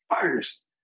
first